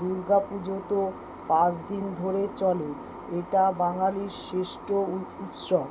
দুর্গা পূজো তো পাঁচদিন ধরে চলে এটা বাঙালির শ্রেষ্ঠ উৎসব